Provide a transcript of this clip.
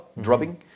drubbing